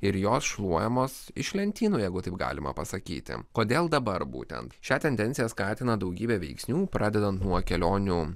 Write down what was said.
ir jos šluojamos iš lentynų jeigu taip galima pasakyti kodėl dabar būtent šią tendenciją skatina daugybė veiksnių pradedant nuo kelionių